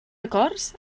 acords